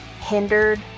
hindered